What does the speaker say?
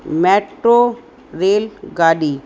metro rail गाॾी